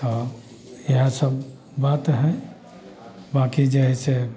हँ इएहसब बात हइ बाँकी जे हइ से